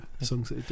songs